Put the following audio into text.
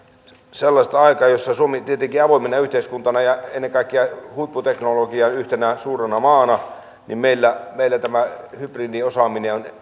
sellaista aikaa jossa suomessa tietenkin avoimena yhteiskuntana ja ennen kaikkea huipputeknologian yhtenä suurena maana tämä hybridiosaaminen on